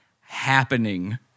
happening